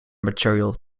material